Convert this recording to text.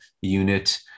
unit